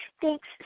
Thanks